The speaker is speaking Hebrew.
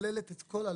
שכוללת את כל העלויות.